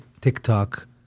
TikTok